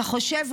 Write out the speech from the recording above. אתה חושב,